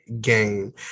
game